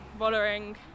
Vollering